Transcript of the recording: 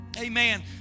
Amen